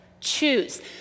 Choose